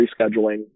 rescheduling